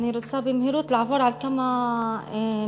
אני רוצה לעבור במהירות על כמה נתונים.